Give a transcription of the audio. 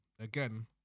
again